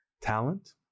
Talent